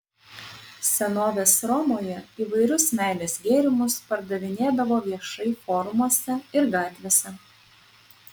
senovės romoje įvairius meilės gėrimus pardavinėdavo viešai forumuose ir gatvėse